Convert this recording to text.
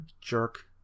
jerk